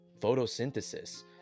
photosynthesis